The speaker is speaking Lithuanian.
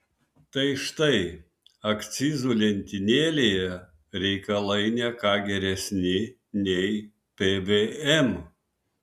tai štai akcizų lentynėlėje reikalai ne ką geresni nei pvm